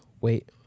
Wait